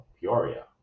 Peoria